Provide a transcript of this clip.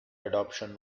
adaptation